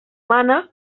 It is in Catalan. mana